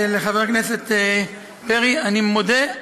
לחבר הכנסת פרי: אני מודה,